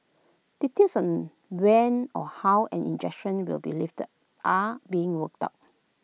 details on when or how an injunction will be lifted are being worked out